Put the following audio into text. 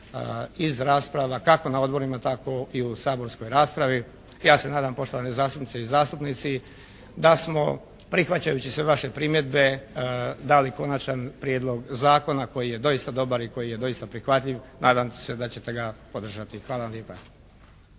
iz rasprava kako na odborima tako i u saborskoj raspravi. Ja se nadam poštovani zastupnice i zastupnici da smo prihvaćajući sve vaše primjedbe dali konačan prijedlog zakona koji je doista dobar i koji je doista prihvatljiv, nadam se da ćete ga podržati. Hvala lijepa.